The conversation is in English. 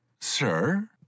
Sir